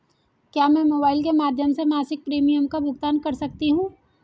क्या मैं मोबाइल के माध्यम से मासिक प्रिमियम का भुगतान कर सकती हूँ?